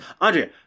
Andrea